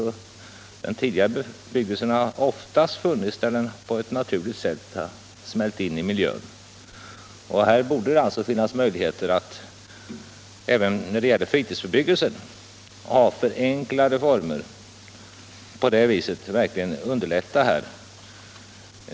Den tidigare bebyggelsen har ofta funnits där den på ett naturligt sätt har kunnat smälta in i miljön. Här borde det alltså även när det gäller fritidsbebyggelsen finnas möjligheter att ha förenklade former. På det viset skulle den bebyggelsen underlättas.